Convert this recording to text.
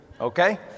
okay